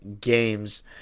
games